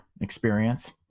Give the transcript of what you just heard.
experience